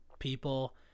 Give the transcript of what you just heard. people